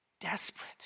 desperate